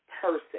person